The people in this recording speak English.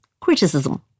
criticism